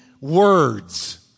words